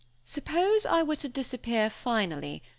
suppose i were to disappear finally,